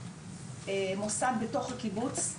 מוסד בתוך הקיבוץ,